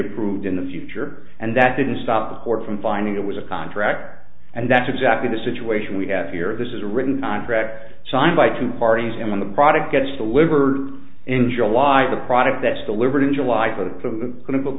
approved in the future and that didn't stop the court from finding it was a contract and that's exactly the situation we have here this is a written contract signed by two parties and when the product gets delivered in july the product that's delivered in july for the